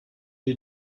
die